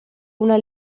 una